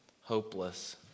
hopeless